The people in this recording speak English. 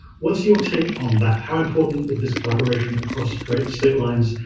what's your take on that? how important is this collaboration across state state lines?